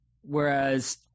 Whereas